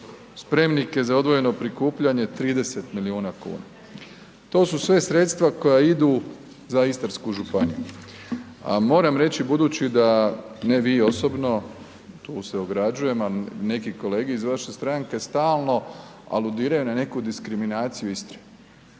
Spremnike za odvojeno prikupljanje 30 milijuna kuna. To su sve sredstva koja idu za Istarsku županiju. A moram reći budući da, ne vi osobno, tu se ograđujem ali neki kolege iz vaše stranke stalno aludiraju na neku diskriminaciju Istre,